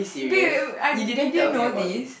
babe I you didn't know this